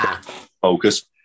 focus